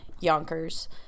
Yonkers